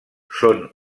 són